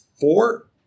Four